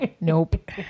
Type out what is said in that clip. Nope